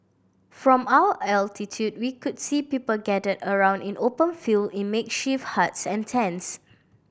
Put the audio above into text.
from our altitude we could see people gathered around in open field in makeshift huts and tents